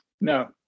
No